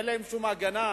אין להם שום הגנה.